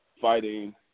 fighting